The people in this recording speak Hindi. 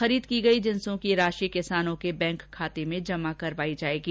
खरीद की गई जिसों की राशि किसानों के बैंक खाते में जमा की जाएगी